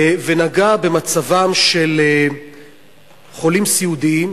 והוא נגע במצבם של חולים סיעודיים,